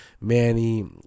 Manny